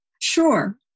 Sure